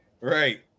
Right